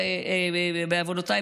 ובעוונותיי,